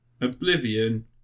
Oblivion